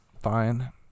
fine